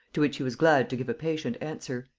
to which he was glad to give a patient answer.